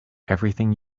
everything